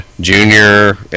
Junior